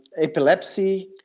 epilepsy.